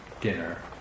dinner